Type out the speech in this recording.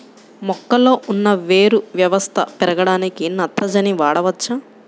మొక్కలో ఉన్న వేరు వ్యవస్థ పెరగడానికి నత్రజని వాడవచ్చా?